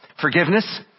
Forgiveness